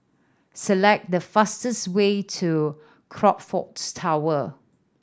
select the fastest way to Crockfords Tower